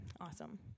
awesome